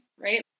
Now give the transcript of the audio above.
right